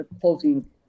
closing